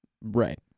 right